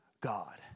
God